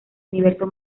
universo